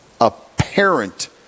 apparent